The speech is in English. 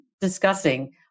discussing